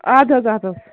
اَدٕ حظ اَدٕ حظ